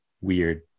weird